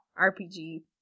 RPG